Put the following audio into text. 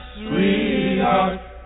sweetheart